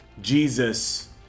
Jesus